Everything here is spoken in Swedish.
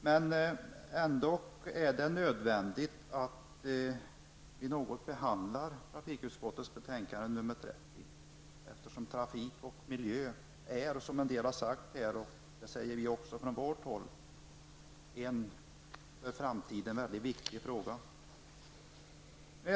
Vi måste emellertid något behandla trafikutskottets betänkande nr 30, eftersom trafik och miljö, såsom en del talare sagt och som även vi på vårt håll anser, är en för framtiden mycket viktig fråga.